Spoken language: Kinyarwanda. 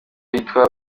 yitwa